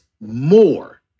more